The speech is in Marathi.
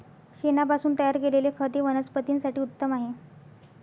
शेणापासून तयार केलेले खत हे वनस्पतीं साठी उत्तम आहे